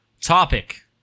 topic